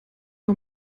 uhr